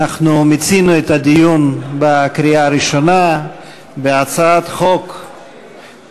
אנחנו מיצינו את הדיון בקריאה הראשונה בהצעת חוק-יסוד: